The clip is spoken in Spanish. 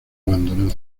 abandonado